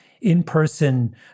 in-person